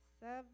Seven